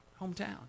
hometown